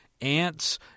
Ants